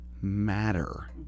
matter